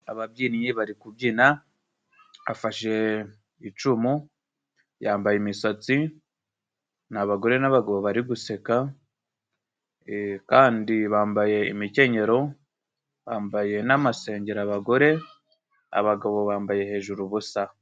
Ababyinnyi bari kubyina bafashe icumu bambaye imisatsi, ni abagore n'abagabo bari guseka kandi bambaye imikenyero, bambaye n'amasengeri abagore, abagabo bambaye hejuru ubusa.